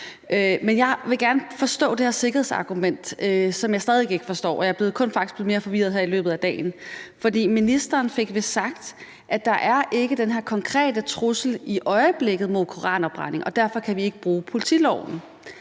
Jeg vil gerne forstå det her sikkerhedsargument, som jeg stadig væk ikke forstår, og jeg er faktisk kun blevet mere forvirret her i løbet af dagen, for ministeren fik vist sagt, at der ikke er den her konkrete trussel i øjeblikket ved koranafbrænding, og derfor kan vi ikke bruge politiloven.